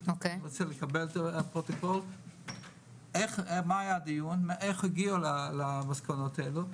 נקבל את הפרוטוקול איך ומה היה הדיון ואיך הגיעו למסקנות האלה.